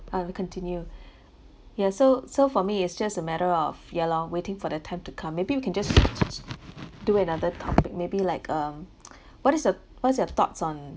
ah we continue yeah so so for me it's just a matter of ya lor waiting for the time to come maybe we can just do another topic maybe like um what is the what's your thoughts on